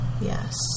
yes